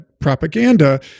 propaganda